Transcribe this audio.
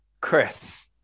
Chris